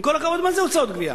עם כל הכבוד, מה זה הוצאות גבייה?